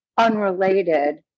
unrelated